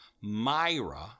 myra